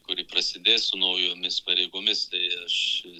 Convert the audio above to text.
kuri prasidės su naujomis pareigomis tai aš